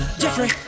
Jeffrey